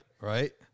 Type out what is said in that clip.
right